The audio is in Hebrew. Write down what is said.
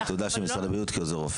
זאת תעודה של משרד הבריאות כעוזר רופא.